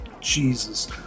Jesus